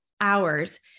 hours